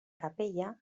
capella